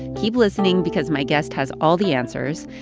keep listening because my guest has all the answers.